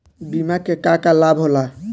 बिमा के का का लाभ होला?